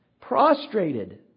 Prostrated